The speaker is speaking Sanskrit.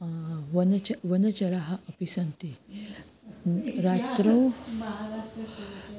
वनचरः वनचरः अपि सन्ति रात्रौ